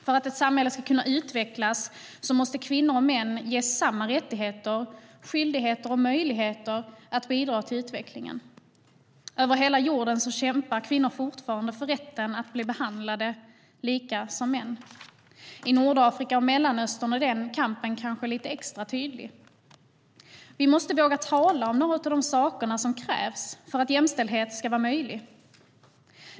För att ett samhälle ska kunna utvecklas måste kvinnor och män ges samma rättigheter, skyldigheter och möjligheter att bidra till utvecklingen. Över hela jorden kämpar kvinnor fortfarande för rätten att bli behandlade som jämlika män, och i Nordafrika och Mellanöstern är den kampen kanske extra tydlig. Vi måste våga tala om några av de saker som krävs för att jämställdhet ska vara möjligt.